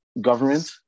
Government